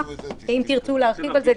ואם תרצו להרחיב על זה,